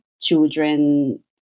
children